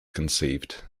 conceived